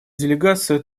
делегация